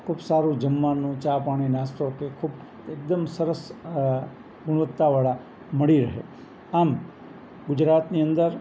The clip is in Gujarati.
ખૂબ સારું જમવાનું ચા પાણી નાસ્તો કે ખૂબ એકદમ સરસ ગુણવત્તાવાળા મળી રહે આમ ગુજરાતની અંદર